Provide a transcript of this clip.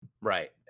Right